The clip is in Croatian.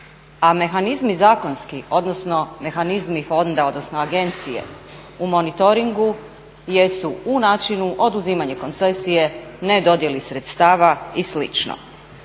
a mehanizmi zakonski, odnosno mehanizmi fonda odnosno agencije u monitoringu jesu u načinu oduzimanje koncesije, nedodjeli sredstava i